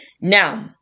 Now